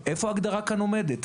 איפה ההגדרה כאן עומדת?